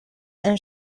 and